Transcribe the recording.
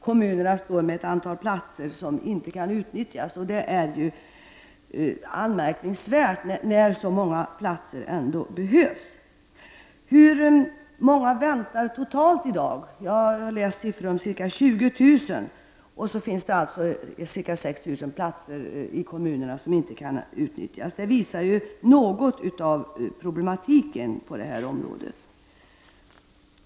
Kommunerna har ett antal platser som inte kan utnyttjas. Det är anmärkningsvärt när det behövs så många platser. Hur många väntar totalt i dag? Jag har sett siffror på ca 20 000. Det finns ca 6 000 platser i kommunerna som inte kan utnyttjas. Det visar något av problematiken på detta område.